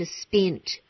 spent